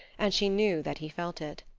and she knew that he felt it.